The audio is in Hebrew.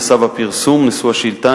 נסב הפרסום נשוא השאילתא,